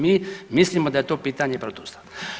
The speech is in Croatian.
Mi mislimo da je to pitanje protu ustavno.